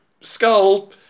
skull